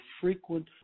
frequent